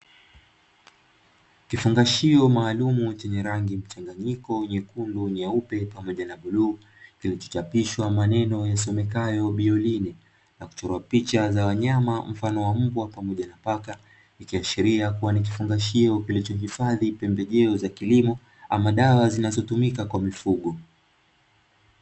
Kifungashio maalumu chenye rangi mchanganyiko nyekundu, nyeupe pamoja na bluu, kilichochapishwa maneno yasomekayo "Bioline", na kuchorwa picha za wanyama mfano wa mbwa pamoja na paka, ikiashiria kuwa ni kifungashio kilichohifadhi pembejeo za kilimo ama dawa zinazotumika kwa mifugo.